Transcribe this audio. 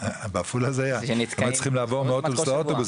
היינו צריכים לעבור מאוטובוס לאוטובוס,